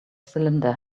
cylinder